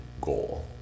goal